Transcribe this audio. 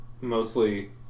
mostly